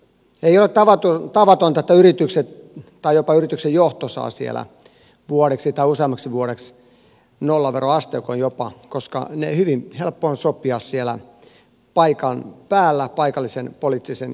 ei ole tavatonta että yritykset tai jopa yrityksen johto saavat siellä vuodeksi tai useammaksi jopa nollaveroasteikon koska ne on hyvin helppo sopia siellä paikan päällä paikallisen poliittisen johdon kanssa